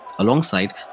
Alongside